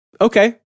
okay